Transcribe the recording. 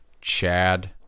Chad